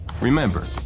Remember